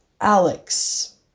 Alex